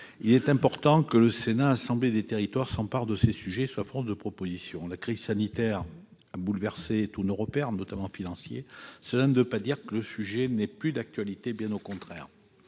il est important que le Sénat, assemblée des territoires, s'empare de ces sujets et soit force de propositions. La crise sanitaire a bouleversé tous nos repères, notamment financiers ; cela ne veut pas dire que le sujet n'est plus d'actualité, bien au contraire.